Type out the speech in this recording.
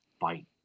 fight